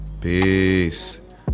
Peace